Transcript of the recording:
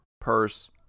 purse